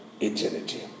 eternity